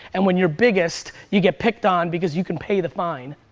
and when you're biggest, you get picked on because you can pay the fine.